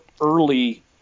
early